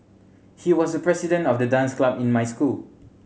he was the president of the dance club in my school